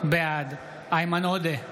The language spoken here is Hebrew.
בעד איימן עודה,